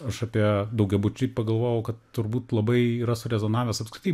aš apie daugiabučiai pagalvojau kad turbūt labai yra surezonavęs apskritai